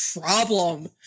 problem